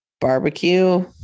barbecue